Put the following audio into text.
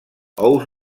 ous